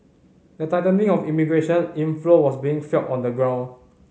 the tightening of immigration inflow was being felt on the ground